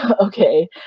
okay